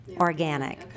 organic